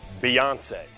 Beyonce